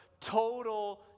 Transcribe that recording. total